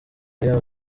y’aya